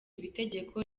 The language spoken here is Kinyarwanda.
itegeko